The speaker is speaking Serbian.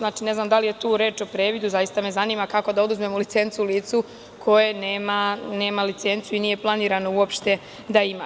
Ne znam da li je tu reč o previdu, ne znam kako da oduzmemo licencu licu koje nema licencu i nije planirano uopšte da ima.